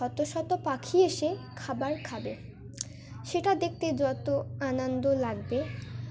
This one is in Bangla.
শত শত পাখি এসে খাবার খাবে সেটা দেখতে যত আনন্দ লাগবে